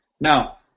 Now